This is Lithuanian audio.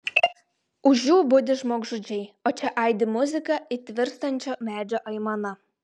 už jų budi žmogžudžiai o čia aidi muzika it virstančio medžio aimana